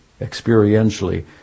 experientially